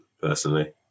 personally